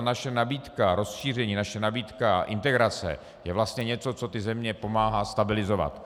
Naše nabídka rozšíření, naše nabídka integrace je vlastně něco, co pomáhá ty země stabilizovat.